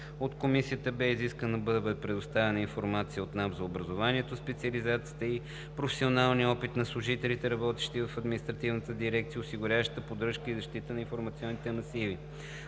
От Комисията бе изискано да бъде предоставена информация от Националната агенция за приходите за образованието, специализацията и професионалния опит на служителите, работещи в административната дирекция, осигуряваща поддръжката и защитата на информационните масиви.